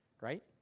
right